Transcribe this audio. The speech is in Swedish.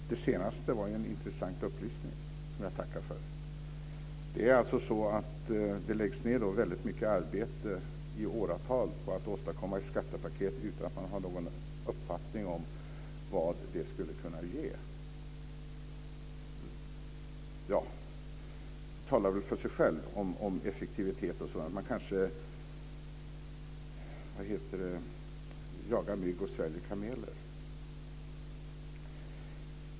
Fru talman! Det senaste var ju en intressant upplysning som jag tackar för. Det är alltså så att det läggs ned väldigt mycket arbete i åratal för att åstadkomma ett skattepaket utan att man har någon uppfattning om vad det skulle kunna ge. Det talar för sig självt när det gäller effektivitet och sådant. Man kanske silar mygg och sväljer kameler.